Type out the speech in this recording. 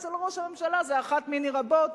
אצל ראש הממשלה זה אחת מני רבות.